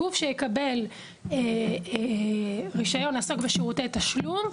גוף שיקבל רישיון לעסוק בשירותי תשלום,